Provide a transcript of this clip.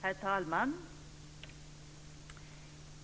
Herr talman!